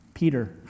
Peter